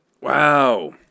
Wow